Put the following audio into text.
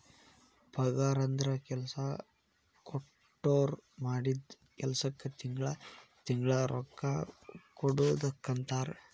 ಪಗಾರಂದ್ರ ಕೆಲ್ಸಾ ಕೊಟ್ಟೋರ್ ಮಾಡಿದ್ ಕೆಲ್ಸಕ್ಕ ತಿಂಗಳಾ ತಿಂಗಳಾ ರೊಕ್ಕಾ ಕೊಡುದಕ್ಕಂತಾರ